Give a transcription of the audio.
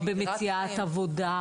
סיוע במציאת עבודה,